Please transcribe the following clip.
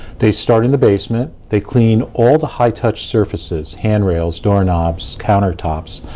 they start in the basement. they clean all the high-touched surfaces handrails, doorknobs, countertops.